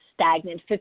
stagnant